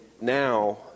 now